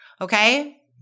Okay